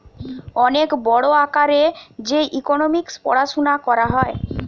অনেক বড় আকারে যে ইকোনোমিক্স পড়াশুনা করা হয়